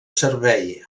servei